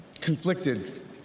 conflicted